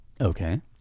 Okay